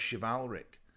chivalric